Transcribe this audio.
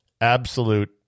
Absolute